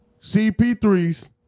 CP3s